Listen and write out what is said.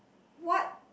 what